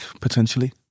potentially